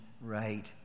right